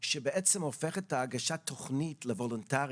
שבעצם הופכת את הגשת התוכנית לוולונטרית,